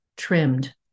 trimmed